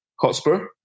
Hotspur